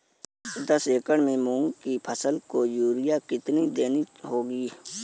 दस एकड़ में मूंग की फसल को यूरिया कितनी देनी होगी?